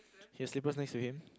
you have slippers next to him